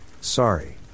sorry